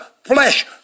flesh